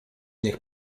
niech